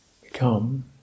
become